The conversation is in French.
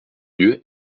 lieu